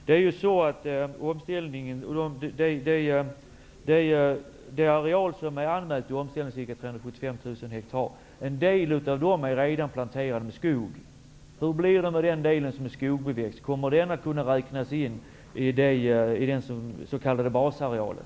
En areal på 375 000 hektar är omställd. En del av denna areal är redan planterad med skog. Hur blir det med den delen som är skogbeväxt? Kommer den att kunna räknas in i den s.k. basarealen?